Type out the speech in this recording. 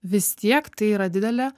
vis tiek tai yra didelė